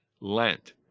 Lent